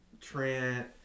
Trent